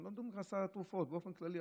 אנחנו לא מדברים על סל התרופות באופן כללי,